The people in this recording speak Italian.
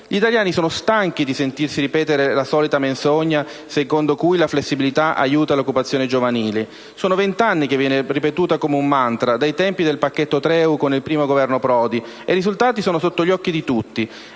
Gli italiani sono stanchi di sentirsi ripetere la menzogna secondo cui la flessibilità aiuta l'occupazione giovanile: sono vent'anni che viene ripetuta come un mantra, dai tempi del pacchetto Treu con il primo Governo Prodi, e i risultati sono sotto gli occhi di tutti.